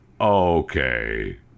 Okay